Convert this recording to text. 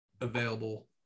available